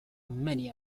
many